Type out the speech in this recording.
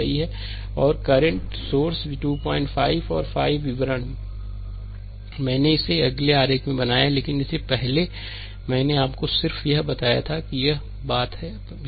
सही है और 2 करंट सोर्स 25 और 5 विवरण हैं मैंने इसे अगले आरेख में बनाया है लेकिन इससे पहले मैंने आपको सिर्फ यह बताया था कि यह बात है